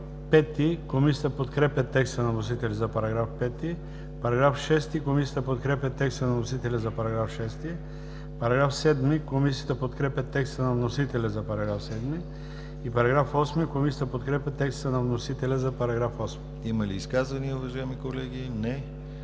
Имате ли изказвания, уважаеми колеги? Няма.